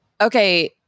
Okay